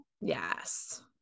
Yes